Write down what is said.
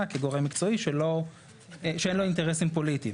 כגורם מקצועי שאין לו אינטרסים פוליטיים.